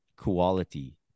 quality